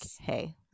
hey